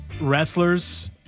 wrestlers